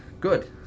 Good